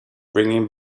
bringing